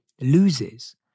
loses